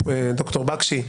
ד"ר בקשי,